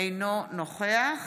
אינו נוכח